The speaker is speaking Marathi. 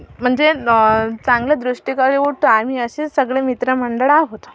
म्हणजे चांगले दृष्टीकडे ओढतो आम्ही असे सगळे मित्रमंडळ आहोत